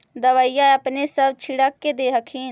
दबइया अपने से छीरक दे हखिन?